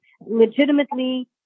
legitimately